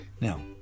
Now